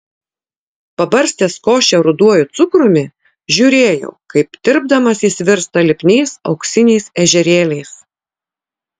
pabarstęs košę ruduoju cukrumi žiūrėjau kaip tirpdamas jis virsta lipniais auksiniais ežerėliais